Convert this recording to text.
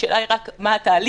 השאלה היא רק מה התהליך,